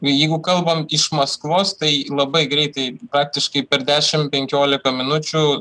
jeigu kalbam iš maskvos tai labai greitai praktiškai per dešim penkiolika minučių